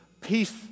peace